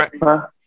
right